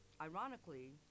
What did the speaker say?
Ironically